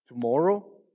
tomorrow